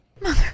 Mother